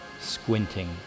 squinting